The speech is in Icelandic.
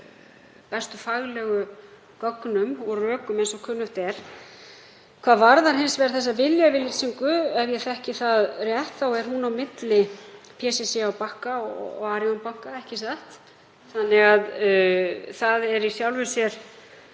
út frá bestu faglegu gögnum og rökum sem til eru. Hvað varðar hins vegar þessa viljayfirlýsingu, ef ég þekki það rétt þá er hún á milli PCC á Bakka og Arion banka, ekki satt? Þannig að það er í sjálfu sér